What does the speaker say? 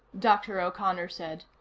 dr. o'connor said.